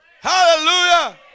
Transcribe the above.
Hallelujah